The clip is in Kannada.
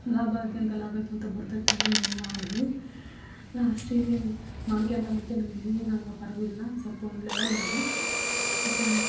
ಲಾಭ ಆಗ್ತದಂತ ಲಾಭಕ್ಕಿಂತ ಬರ್ತೈತೆ ಅಂದು ಮಾಡಿದ್ವು ಲಾಸ್ಟಿಗೆ ಮಾಡ್ಕೊಳ್ತಾ ಮಾಡ್ಕೊಳ್ತಾ ಬಂದ್ವಿ ಈಗ ಹಂಗೆ ಪರವಾಗಿಲ್ಲ ಸ್ವಲ್ಪ ಒಂದು ಲೆವೆಲ್ ಇದೆ ಮತ್ತೆ